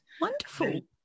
Wonderful